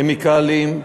כימיקלים,